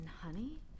honey